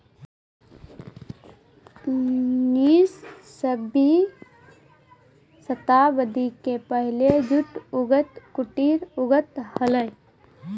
उन्नीसवीं शताब्दी के पहले जूट उद्योग कुटीर उद्योग हलइ